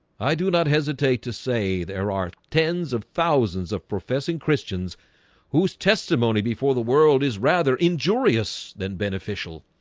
i do not hesitate to say there are tens of thousands of professing christians whose testimony before the world is rather injurious than beneficial